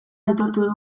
aitortu